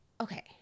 okay